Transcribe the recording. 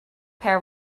pair